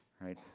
right